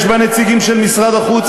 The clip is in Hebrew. יש בה נציגים של משרד החוץ,